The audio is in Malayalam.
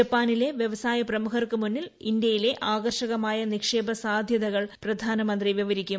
ജപ്പാന്റിലെ വ്യവസായ പ്രമുഖർക്ക് മുന്നിൽ ഇന്ത്യയിലെ ആകർഷകമായ് നിക്ഷേപ സാധ്യതകൾ പ്രധാനമന്ത്രി വിവരിക്കും